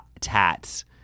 tats